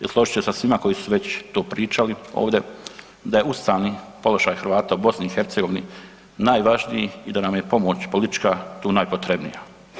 I složit ću se sa svima koji su već to pričali ovdje, da je ustavni položaj Hrvata u BiH najvažniji i da nam je pomoć politička tu najpotrebnija.